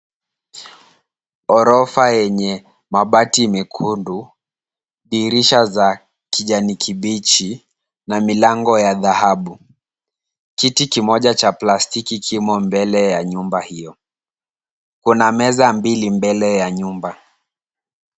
Ghorofa yenye mabati mekundu, dirisha za kijani kibichi na milango ya dhahabu. Kiti kimoja cha plastiki kimo mbele ya nyumba hiyo. Kuna meza mbili mbele ya nyumba.